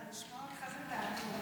אבל לשמוע אותך זה תענוג.